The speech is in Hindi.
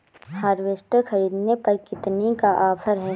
हार्वेस्टर ख़रीदने पर कितनी का ऑफर है?